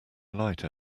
light